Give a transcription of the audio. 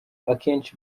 akenshi